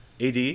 AD